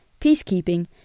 peacekeeping